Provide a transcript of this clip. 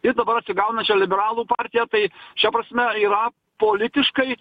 ir dabar atsigaunančią liberalų partiją tai šia prasme yra politiškai